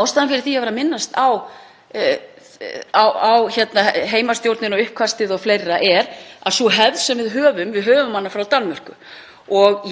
ástæðan fyrir því að ég minntist á heimastjórnina og uppkastið o.fl. er að sú hefð sem við höfum, hana höfum við frá Danmörku.